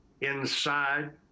inside